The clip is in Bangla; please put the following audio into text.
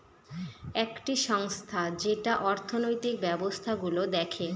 একটি সংস্থা যেটা অর্থনৈতিক ব্যবস্থা গুলো দেখে